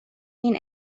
این